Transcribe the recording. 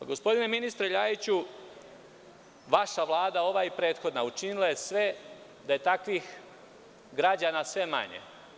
Gospodine ministre Ljajiću, vaša Vlada, ova i prethodna, učinila je sve da je takvih građana sve manje.